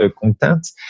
content